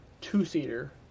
two-seater